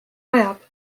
ajab